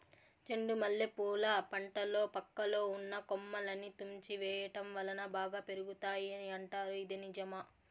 చెండు మల్లె పూల పంటలో పక్కలో ఉన్న కొమ్మలని తుంచి వేయటం వలన బాగా పెరుగుతాయి అని అంటారు ఇది నిజమా?